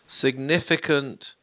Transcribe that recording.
significant